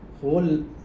whole